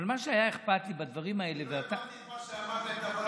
אני לא הבנתי את מה שאמרת.